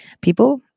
People